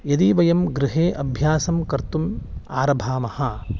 यदि वयं गृहे अभ्यासं कर्तुम् आरभामः